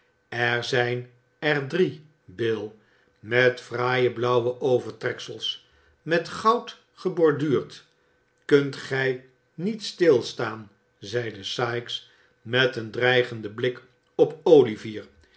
er zijn er drie bill met fraaie blauwe overtreksels met goud geborduurd kunt gij niet stilstaan zeide sikes met een dreigenden blik op ojvier